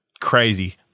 crazy